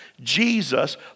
Jesus